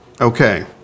okay